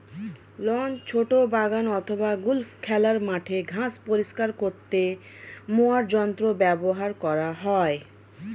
loan, ছোট বাগান অথবা গল্ফ খেলার মাঠের ঘাস পরিষ্কার করতে মোয়ার যন্ত্র ব্যবহার করা হয়